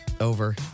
Over